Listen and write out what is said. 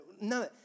none